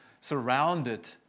surrounded